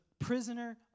prisoner